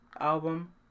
album